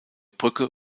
brücke